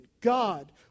God